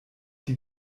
die